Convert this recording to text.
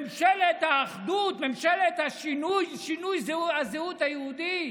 ממשלת האחדות, ממשלת השינוי, שינוי הזהות היהודית.